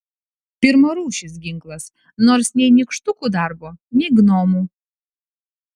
pirmarūšis ginklas nors nei nykštukų darbo nei gnomų